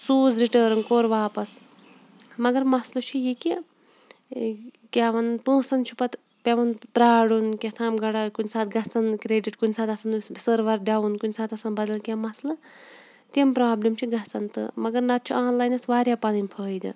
سوٗز رِٹٲرٕن کوٚر واپَس مگر مسلہٕ چھُ یہِ کہِ کیٛاہ وَنہٕ پونٛسَن چھُ پَتہٕ پٮ۪وان پیارُن کیٛاہ تھام گڑا کُنہِ ساتہٕ گژھان کرٛیٚڈِٹ کُنہِ ساتہٕ آسان أمِس سٔروَر ڈاوُن کُنہِ ساتہٕ آسان بدل کینٛہہ مسلہٕ تِم پرٛابلِم چھِ گژھان تہٕ مگر نہ تہٕ چھُ آنلاینَس واریاہ پَنٕنۍ فٲیدٕ